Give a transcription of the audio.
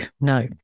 no